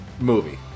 movie